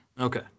Okay